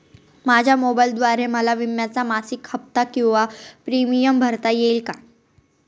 माझ्या मोबाईलद्वारे मला विम्याचा मासिक हफ्ता किंवा प्रीमियम भरता येईल का?